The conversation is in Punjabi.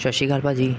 ਸਤਿ ਸ਼੍ਰੀ ਅਕਾਲ ਭਾਅ ਜੀ